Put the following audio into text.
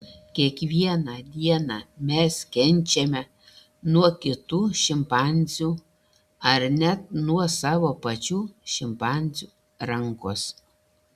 kiekvieną dieną mes kenčiame nuo kitų šimpanzių ar net nuo savo pačių šimpanzių rankos